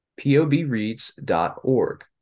POBreads.org